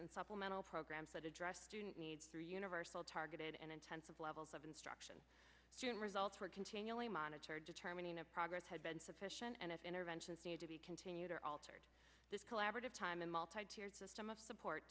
and supplemental programs that address student needs through universal targeted and intensive levels of instruction and results were continually monitored determining a progress had been sufficient and if interventions need to be continued or altered this collaborative time in multi tiered system of support